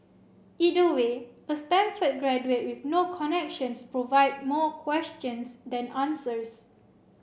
either way a Stanford graduate with no connections provide more questions than answers